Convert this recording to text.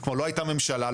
לא הייתה ממשלה,